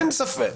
אין ספק.